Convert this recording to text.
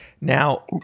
Now